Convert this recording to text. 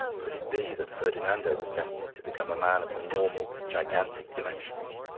could it be that ferdinando was destined to become a man of the normal, gigantic dimensions?